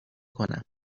کنم